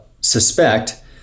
suspect